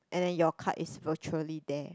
and then your card is virtually there